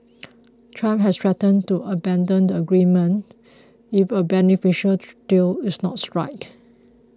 trump has threatened to abandon the agreement if a beneficial deal is not struck